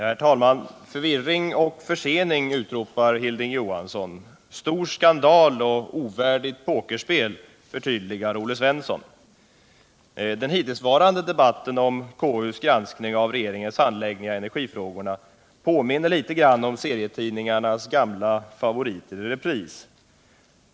Herr talman! Förvirring och försening, utropar Hilding Johansson. Stor skandal, ovärdigt pokerspel, förtydligar Olle Svensson. Den hittillsvarande debatten om konstitutionsutskottets granskning av regeringens handläggning av energifrågorna påminner om serietidningarnas ”gamla favoriter i repris”.